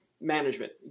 management